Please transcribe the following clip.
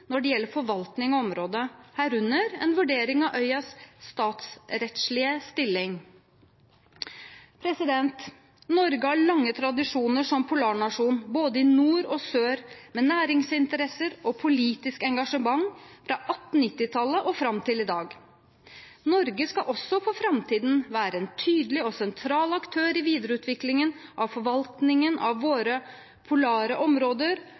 når det gjelder forvaltning av området, herunder en vurdering av øyas statsrettslige stilling. Norge har lange tradisjoner som polarnasjon både i nord og i sør med næringsinteresser og politisk engasjement fra 1890-tallet og fram til i dag. Norge skal også for framtiden være en tydelig og sentral aktør i videreutviklingen av forvaltningen av våre polare områder,